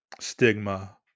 stigma